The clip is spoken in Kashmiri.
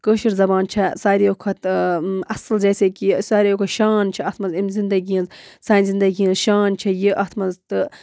کٲشِر زَبان چھےٚ ساروِیو کھۄتہٕ اَصٕل جیسے کہِ ساروٕے کھۄتہٕ شان چھ اَتھ منٛز اَمہِ زِنٛدَگی ہٕنٛز سانہِ زِنٛدگی ہٕنٛز شان چھےٚ یہِ اتھ منٛز تہٕ